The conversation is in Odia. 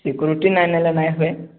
ସିକ୍ୟୁରିଟିି ନାଇଁ